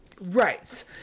Right